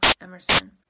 Emerson